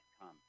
come